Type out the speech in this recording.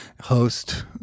host